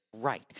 right